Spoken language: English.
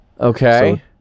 Okay